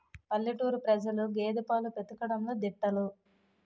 పల్లెటూరు ప్రజలు గేదె పాలు పితకడంలో దిట్టలు